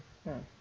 mm